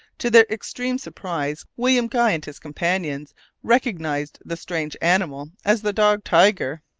to their extreme surprise, william guy and his companions recognized the strange animal as the dog tiger.